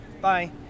bye